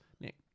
Nick